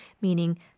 meaning